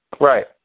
Right